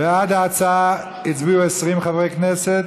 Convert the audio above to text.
בעד ההצעה הצביעו 20 חברי כנסת,